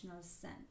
scent